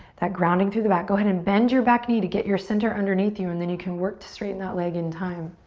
that grounding through the back. go ahead and bend your back knee to get your center underneath you and then you can work to straighten that leg in time.